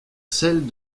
celles